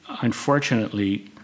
unfortunately